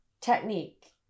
technique